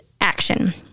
action